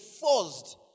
forced